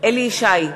אליהו ישי,